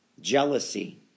jealousy